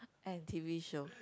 and T_V show